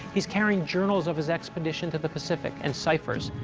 he's carrying journals of his expedition to the pacific, and ciphers,